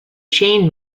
chain